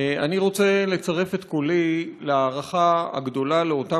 אני רוצה לצרף את קולי להערכה הגדולה לאותם